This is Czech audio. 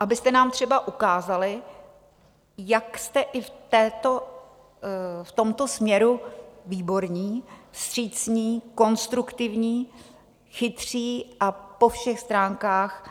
Abyste nám třeba ukázali, jak jste i v tomto směru výborní, vstřícní, konstruktivní, chytří a po všech stránkách